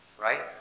Right